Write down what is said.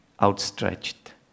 outstretched